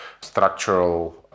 structural